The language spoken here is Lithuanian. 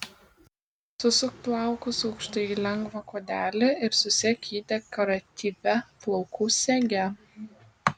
susuk plaukus aukštai į lengvą kuodelį ir susek jį dekoratyvia plaukų sege